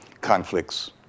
conflicts